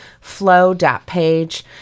flow.page